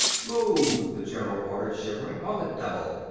move! the general ordered, shivering. on the double!